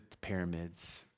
pyramids